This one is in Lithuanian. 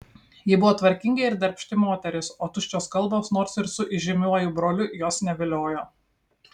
ji buvo tvarkinga ir darbšti moteris o tuščios kabos nors ir su įžymiuoju broliu jos neviliojo